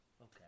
okay